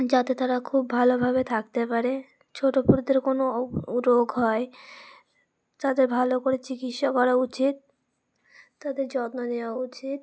যাতে তারা খুব ভালোভাবে থাকতে পারে ছোটো পশুদের কোনো রোগ হয় তাদের ভালো করে চিকিৎসা করা উচিত তাদের যত্ন নেওয়া উচিত